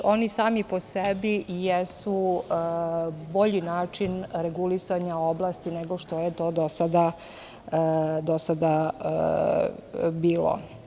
Oni sami po sebi jesu bolji način regulisanja oblasti, nego što je to do sada bilo.